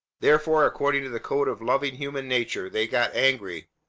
therefore, according to the code of loving human nature, they got angry.